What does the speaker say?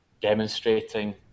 demonstrating